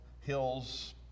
hills